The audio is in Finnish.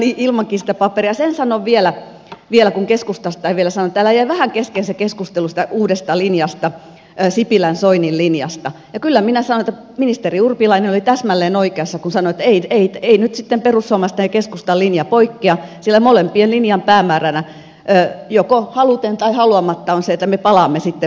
sen minä sanon kyllä vielä kun keskustasta ei vielä sanottu täällä jäi vähän kesken se keskustelu siitä uudesta linjasta sipilänsoinin linjasta että ministeri urpilainen oli täsmälleen oikeassa kun sanoi että ei nyt sitten perussuomalaisten ja keskustan linja poikkea sillä molempien linjan päämääränä joko haluten tai haluamatta on se että me palaamme sitten markka aikaan